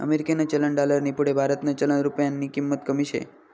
अमेरिकानं चलन डालरनी पुढे भारतनं चलन रुप्यानी किंमत कमी शे